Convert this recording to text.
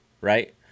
right